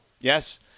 Yes